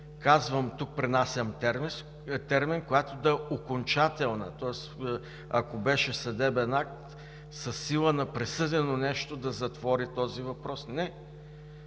казвам, тук пренасям термин, която да е окончателна, тоест, ако беше съдебен акт със сила на присъдено нещо, да затвори този въпрос. Не,